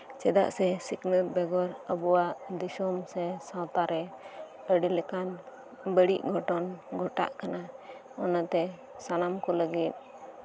ᱪᱮᱫᱟᱜ ᱥᱮ ᱥᱤᱠᱷᱱᱟᱹᱛ ᱵᱮᱜᱚᱨ ᱟᱵᱚᱣᱟᱜ ᱫᱤᱥᱟᱹᱢ ᱥᱮ ᱥᱟᱶᱛᱟ ᱨᱮ ᱟᱹᱰᱤᱞᱮᱠᱟᱱ ᱵᱟᱹᱲᱤᱡ ᱜᱷᱚᱴᱚᱱ ᱜᱷᱚᱴᱟᱜ ᱠᱟᱱᱟ ᱚᱱᱟᱛᱮ ᱥᱟᱱᱟᱢᱠᱚ ᱞᱟᱹᱜᱤᱫ